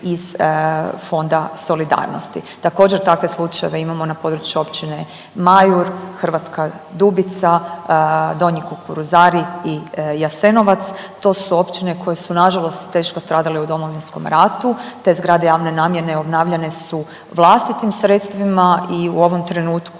iz Fonda solidarnosti. Također, takve slučajeve imamo na području općine Majur, Hrvatska Dubica, Donji Kukuruzari i Jasenovac. To su općine koje su nažalost teško stradale u Domovinskom ratu, te zgrade javne namjene obnavljane su vlastitim sredstvima i u ovom trenutku,